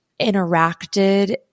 interacted